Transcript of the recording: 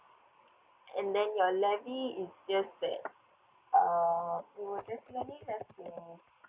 and then your levy it's still that uh you will just only has to